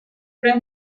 tres